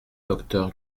docteur